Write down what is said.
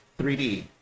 3D